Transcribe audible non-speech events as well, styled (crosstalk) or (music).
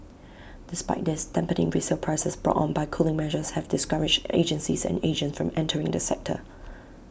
despite this (unintelligible) resale prices brought on by cooling measures have discouraged agencies and agents from entering the sector